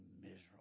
miserable